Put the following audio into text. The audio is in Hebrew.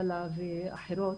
האלה ואחרות,